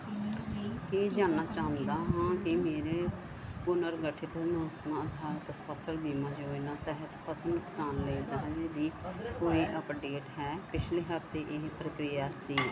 ਇਹ ਜਾਣਨਾ ਚਾਹੁੰਦਾ ਹਾਂ ਕਿ ਮੇਰੇ ਪੁਨਰਗਠਿਤ ਮੌਸਮ ਅਧਾਰਤ ਫਸਲ ਬੀਮਾ ਯੋਜਨਾ ਤਹਿਤ ਫਸਲ ਨੁਕਸਾਨ ਲਈ ਦਾਅਵੇ ਦੀ ਕੋਈ ਅਪਡੇਟ ਹੈ ਪਿਛਲੇ ਹਫ਼ਤੇ ਇਹ ਪ੍ਰਕਿਰਿਆ ਸੀ